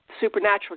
supernatural